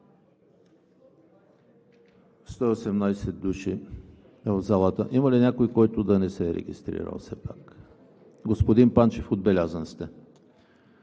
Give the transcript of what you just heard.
в залата. Има ли някой, който да не се е регистрирал? Господин Панчев, отбелязан сте.